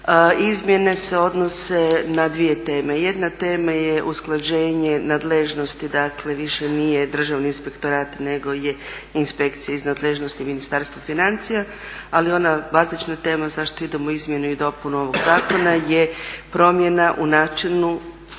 Izmjene se odnose na dvije teme. Jedna tema je usklađenje nadležnosti, dakle više nije državni inspektorat nego je inspekcija iz nadležnosti Ministarstva financija, ali ona bazična tema zašto idemo u izmjenu i dopunu ovog zakona je promjena u načinu